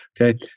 Okay